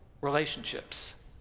relationships